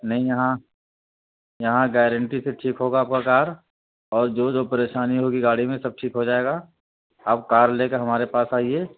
نہیں یہاں یہاں گارنٹی سے ٹھیک ہوگا آپ كا کار اور جو جو پریشانی ہوگی گاڑی میں سب ٹھیک ہوجائے گا آپ کار لے کر ہمارے پاس آئیے